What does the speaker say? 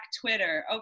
Twitter